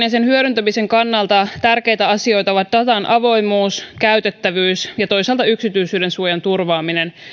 ja sen hyödyntämisen kannalta tärkeitä asioita ovat datan avoimuus käytettävyys ja toisaalta yksityisyydensuojan turvaaminen